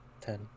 ten